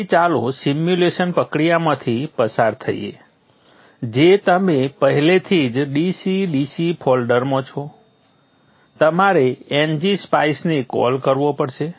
તેથી ચાલો સિમ્યુલેશન પ્રક્રિયામાંથી પસાર થઈએ જે તમે પહેલાથી જ DC DC ફોલ્ડરમાં છો તમારે ngSpice ને કૉલ કરવો પડશે